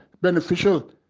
beneficial